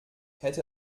hätte